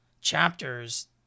chapters